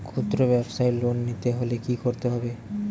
খুদ্রব্যাবসায় লোন নিতে হলে কি করতে হবে?